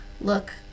look